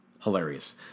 hilarious